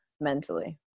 mentally